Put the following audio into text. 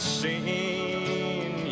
seen